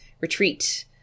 retreat